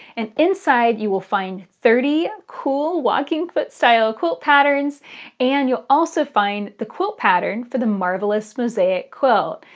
and inside you will find thirty cool walking foot-style quilt patterns and you'll also find the quilt pattern for the marvelous mosaic quilt.